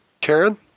Karen